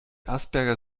asperger